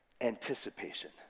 anticipation